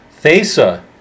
Thesa